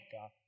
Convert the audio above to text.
God